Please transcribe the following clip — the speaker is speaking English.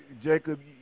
Jacob